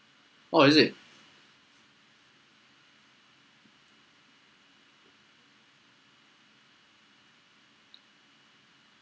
oh is it